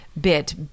bit